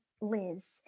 Liz